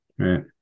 Right